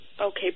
Okay